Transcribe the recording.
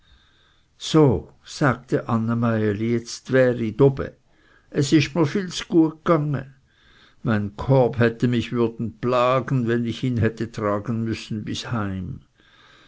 so sagte anne meieli jetz wär ih dobe es isch mr viel z'guet gange mein korb hätte mich würden plagen wenn ich ihn hätte tragen müssen bis hinein